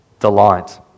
delight